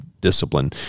discipline